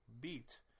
beat